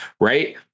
right